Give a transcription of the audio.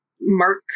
mark